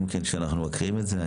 גם כן כשאנחנו מקריאים את זה.